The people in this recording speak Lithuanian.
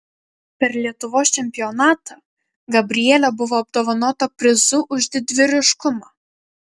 per lietuvos čempionatą gabrielė buvo apdovanota prizu už didvyriškumą